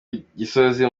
gisozi